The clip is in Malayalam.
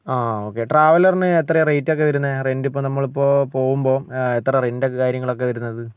ആ ആ ഓക്കെ ട്രാവലറിന് എത്രയാണ് റേറ്റ് ഒക്കെ വരുന്നത് റെന്റ് ഇപ്പോൾ നമ്മളിപ്പോൾ പോവുമ്പോൾ എത്ര റെന്റ് ഒക്കെ കാര്യങ്ങളൊക്കെ വരുന്നത്